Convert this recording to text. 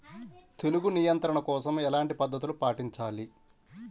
తెగులు నియంత్రణ కోసం ఎలాంటి పద్ధతులు పాటించాలి?